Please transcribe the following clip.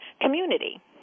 community